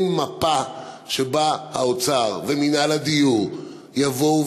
אין מפה שלפיה האוצר ומינהל הדיור יבואו